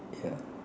ya